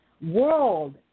world